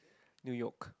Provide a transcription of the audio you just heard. new-york